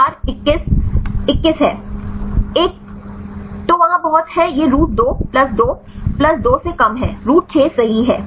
1 तो वहाँ बहुत है यह रूट 2 प्लस 2 प्लस 2 से कम है रूट 6 सही है